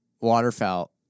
waterfowl